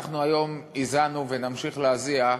היום הזענו, ונמשיך להזיע,